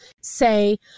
Say